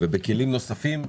ובכלים נוספים,